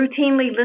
routinely